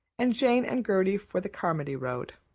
and jane and gertie for the carmody road.